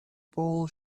bowl